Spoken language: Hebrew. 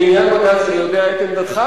בעניין בג"ץ אני יודע את עמדתך,